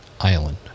Island